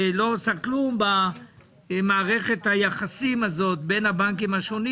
היא לא עושה כלום במערכת היחסים הזאת בין הבנקים השונים